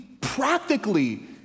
practically